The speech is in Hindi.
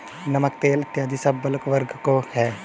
नमक, तेल इत्यादी सब बल्क कार्गो हैं